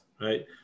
right